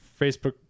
Facebook